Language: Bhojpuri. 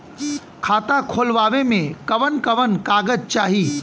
खाता खोलवावे में कवन कवन कागज चाही?